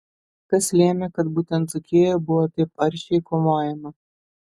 kas lėmė kad būtent dzūkijoje buvo taip aršiai kovojama